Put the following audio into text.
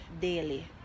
daily